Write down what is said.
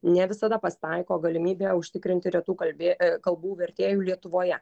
ne visada pasitaiko galimybė užtikrinti retų kalbė kalbų vertėjų lietuvoje